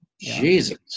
Jesus